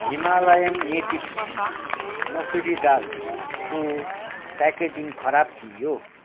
Himalayan natives मुसुरी दालको packaging खराब थियो